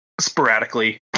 sporadically